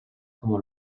como